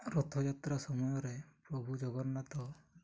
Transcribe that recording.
ରଥଯାତ୍ରା ସମୟରେ ପ୍ରଭୁ ଜଗନ୍ନାଥ